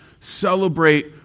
celebrate